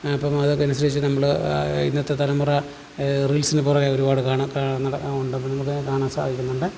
അപ്പം അതൊക്കെ അനുസരിച്ച് നമ്മൾ ഇന്നത്തെ തലമുറ റീൽസിന് പുറകെ ഒരുപാട് കാണാം ഉണ്ട് അപ്പോൾ നമുക്ക് കാണാൻ സാധിക്കുന്നുണ്ട്